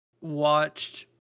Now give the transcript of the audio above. watched